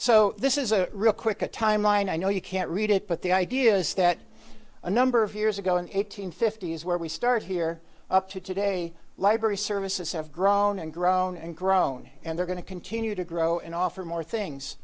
so this is a real quick a timeline i know you can't read it but the idea is that a number of years ago eight hundred fifty is where we started here up to today library services have grown and grown and grown and they're going to continue to grow and offer more things